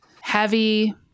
Heavy